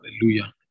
Hallelujah